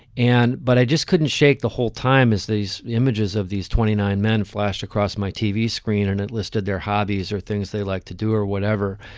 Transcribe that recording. and but i just couldn't shake the whole time as these images of these twenty nine men flashed across my tv screen and it listed their hobbies or things they like to do or whatever,